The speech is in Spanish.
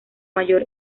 mayor